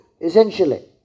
Essentially